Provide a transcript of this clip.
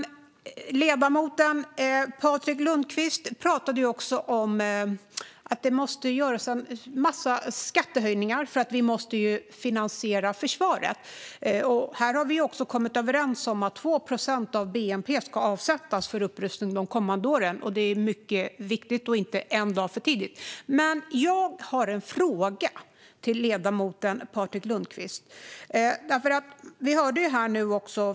Ledamoten Patrik Lundqvist pratade också om att det måste göras en massa skattehöjningar för att finansiera försvaret. Här har vi också kommit överens om att 2 procent av bnp ska avsättas för upprustning de kommande åren, och det är mycket viktigt och inte en dag för tidigt. Jag har några frågor till ledamoten Patrik Lundqvist.